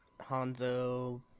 Hanzo